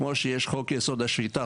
כמו שיש חוק-יסוד השפיטה,